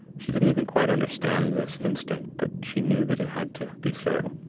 she didn't even quite understand this instinct, but she knew that it had to be so.